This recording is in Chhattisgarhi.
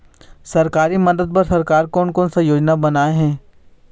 सरकारी मदद बर सरकार कोन कौन सा योजना बनाए हे?